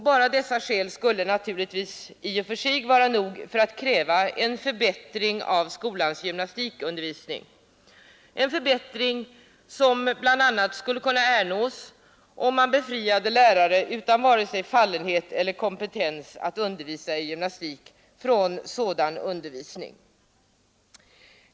Bara dessa skäl skulle naturligtvis i och för sig vara nog för att kräva en förbättring av skolans gymnastikundervisning, en förbättring som bl.a. skulle ernås om man befriade lärare utan vare sig fallenhet eller kompetens att undervisa i gymnastik från dylik undervisning.